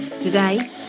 Today